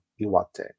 Iwate